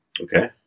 Okay